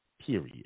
Period